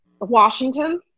Washington